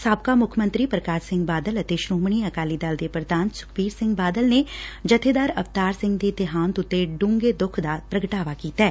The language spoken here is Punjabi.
ਸਾਬਕਾ ਮੁੱਖ ਮੰਤਰੀ ਪ੍ਰਕਾਸ਼ ਸਿੰਘ ਬਾਦਲ ਅਤੇ ਸ੍ਰੋਮਣੀ ਅਕਾਲੀ ਦਲ ਦੇ ਪ੍ਰਧਾਨ ਸੁਖਬੀਰ ਸਿੰਘ ਬਾਦਲ ਨੇ ਜਬੇਦਾਰ ਅਵਤਾਰ ਸਿੰਘ ਦੇ ਦੇਹਾਂਤ ਉਤੇ ਡੂੰਘੇ ਦੁੱਖ ਦਾ ਪ੍ਰਗਟਾਵਾ ਕੀਤੈ